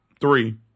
three